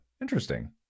Interesting